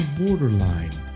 borderline